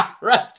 Right